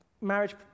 marriage